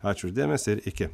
ačiū už dėmesį ir iki